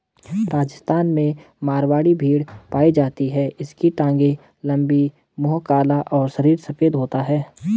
राजस्थान में मारवाड़ी भेड़ पाई जाती है इसकी टांगे लंबी, मुंह काला और शरीर सफेद होता है